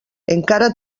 encara